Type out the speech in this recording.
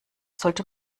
sollte